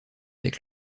avec